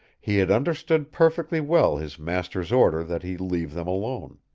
he had understood perfectly well his master's order that he leave them alone.